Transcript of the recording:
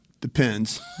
depends